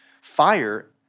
Fire